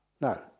no